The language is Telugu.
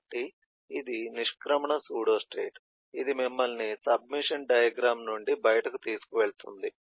కాబట్టి ఇది నిష్క్రమణ సూడోస్టేట్ ఇది మిమ్మల్ని సబ్మిషన్ డయాగ్రమ్ నుండి బయటకు తీసుకువెళుతుంది